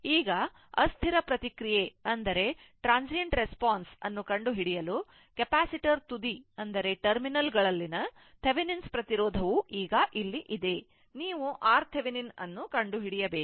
ಈಗ ಅಸ್ಥಿರ ಪ್ರತಿಕ್ರಿಯೆ ಯನ್ನು ಕಂಡುಹಿಡಿಯಲು ಕೆಪಾಸಿಟರ್ ತುದಿಗ ಳಲ್ಲಿನ Thevenin ಪ್ರತಿರೋಧವು ಈಗ ಇಲ್ಲಿದೆ ನೀವು RThevenin ಅನ್ನು ಕಂಡುಹಿಡಿಯಬೇಕು